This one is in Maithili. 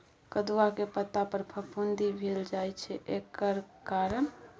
कदुआ के पता पर फफुंदी भेल जाय छै एकर कारण?